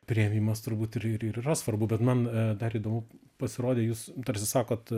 priėmimas turbūt ir ir yra svarbu bet man dar įdomu pasirodė jūs tarsi sakot